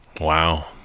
Wow